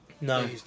no